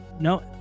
No